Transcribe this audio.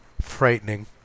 frightening